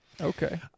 Okay